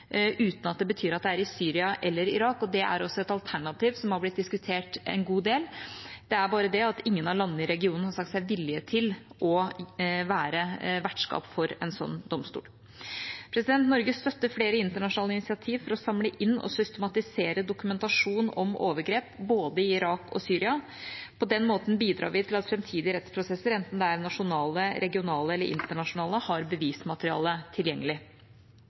uten at det betyr at det er i Syria eller Irak. Det er også et alternativ som har blitt diskutert en god del. Det er bare det at ingen av landene i regionen har sagt seg villige til å være vertskap for en slik domstol. Norge støtter flere internasjonale initiativ for å samle inn og systematisere dokumentasjon om overgrep både i Irak og i Syria. På den måten bidrar vi til at framtidige rettsprosesser, enten de er nasjonale, regionale eller internasjonale, har bevismateriale tilgjengelig.